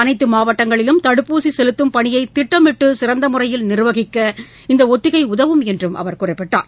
அனைத்து மாவட்டங்களிலும் தடுப்பூசி செலுத்தும் பணியை திட்டமிட்டு சிறந்த முறையில் நிர்வகிக்க இந்த ஒத்திகை உதவும் என்று அவர் குறிப்பிட்டார்